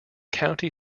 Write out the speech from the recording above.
county